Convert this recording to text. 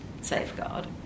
safeguard